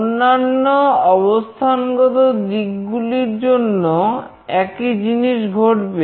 অন্যান্য অবস্থানগত দিকগুলির জন্য একই জিনিস ঘটবে